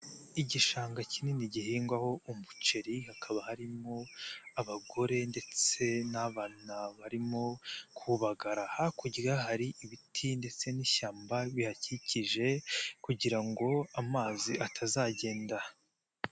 Igishanga kinini gihingwaho umuceri hakaba harimo abagore ndetse n'abana barimo kubagara, hakurya hari ibiti ndetse n'ishyamba bihakikije kugira ngo amazi atazagenda.